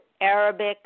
Arabic